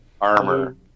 armor